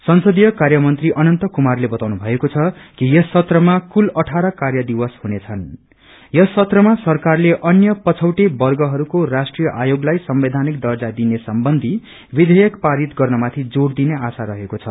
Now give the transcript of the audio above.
संसदीय कार्य मंत्री अनन्त कुमारले बताउनु भएको छ कि यस सत्रमा कुल कार्य दिवस हुनेछन् यस सत्रमा सरकारले अन्य पछाड़िएका वर्गहरूको राष्ट्रिय आयोगलाई संवैधानिक दर्जा दिने सम्बन्धी विधेयक पारित गर्न माथि जोड़ दिने आशा रहेको छ